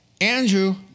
Andrew